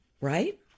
right